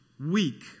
weak